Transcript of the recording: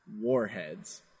Warheads